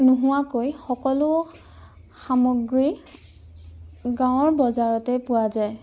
নোহোৱাকৈ সকলো সামগ্ৰী গাঁৱৰ বজাৰতেই পোৱা যায়